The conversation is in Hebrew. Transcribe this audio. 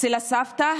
אצל הסבתא,